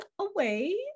away